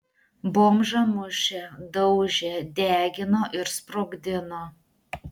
bomžą mušė daužė degino ir sprogdino